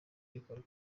bikorwa